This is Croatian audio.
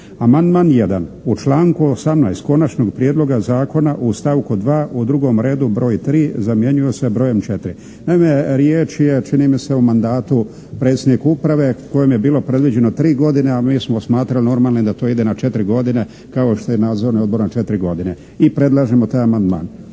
Amandman jedan "U članku 18. konačnog prijedloga zakona u stavku 2. u drugom redu broj "3" zamjenjuje se brojem "4". Naime, riječ je čini mi se o mandatu predsjednika uprave kojem je bilo predviđeno tri godine a mi smo smatrali normalnim da to ide na četiri godine kao što je nadzorni odbor na četiri godine, i predlažemo taj amandman.